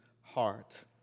heart